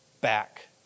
back